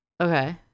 Okay